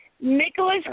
Nicholas